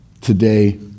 today